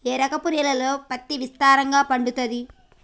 ఏ రకపు నేలల్లో పత్తి విస్తారంగా పండుతది?